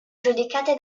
giudicate